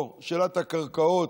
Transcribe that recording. או שאלת הקרקעות,